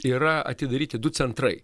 yra atidaryti du centrai